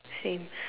same